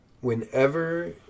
whenever